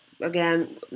again